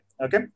Okay